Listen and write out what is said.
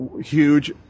huge